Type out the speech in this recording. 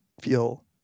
feel